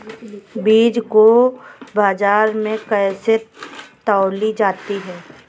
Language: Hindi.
बीज को बाजार में कैसे तौली जाती है?